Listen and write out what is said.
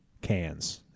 cans